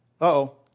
Uh-oh